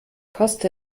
koste